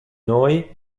noi